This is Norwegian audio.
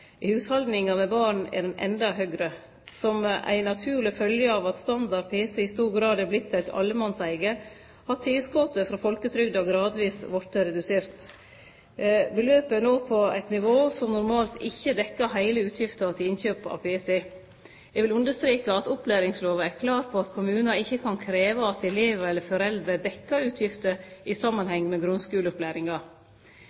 I hushald med barn er han endå høgare. Som ei naturleg følgje av at standard pc i stor grad har vorte allemannseige, har tilskotet frå folketrygda gradvis vorte redusert. Beløpet er no på eit nivå som normalt ikkje dekkjer heile utgifta til innkjøp av pc. Eg vil understreke at opplæringslova er klar på at kommunar ikkje kan krevje at elevar eller foreldre dekkjer utgifter i